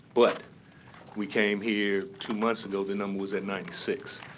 but we came here two months ago, the number was at ninety six.